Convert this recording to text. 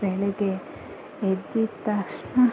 ಬೆಳಗ್ಗೆ ಎದ್ದ ತಕ್ಷಣ